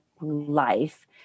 life